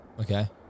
Okay